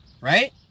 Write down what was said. right